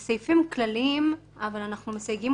מדובר בסעיפים כלליים שאנחנו מסייגים